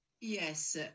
Yes